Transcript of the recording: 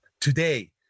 Today